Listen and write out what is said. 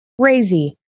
crazy